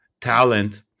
talent